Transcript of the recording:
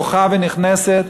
בוכה ונכנסת,